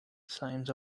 signs